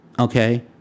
Okay